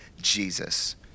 Jesus